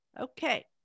Okay